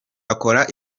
akora